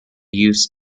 use